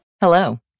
Hello